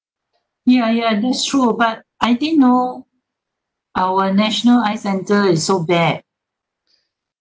ya ya that's true but I think know our national eye centre is so bad